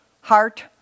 heart